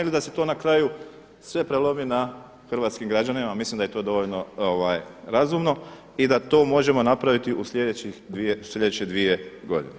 Ili da se to na kraju sve prelomi na hrvatskim građanima, mislim da je to dovoljno razumno i da to možemo napraviti u sljedeće dvije godine.